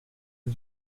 was